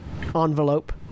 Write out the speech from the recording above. envelope